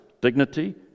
dignity